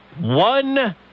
one